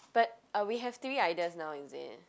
but ah we have three ideas now is it